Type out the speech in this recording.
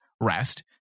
rest